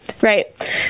Right